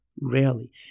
rarely